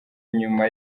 nyuma